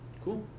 Cool